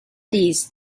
these